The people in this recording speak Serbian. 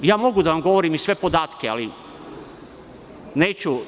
Mogu da vam govorim sve podatke, ali neću.